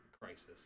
Crisis